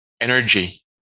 energy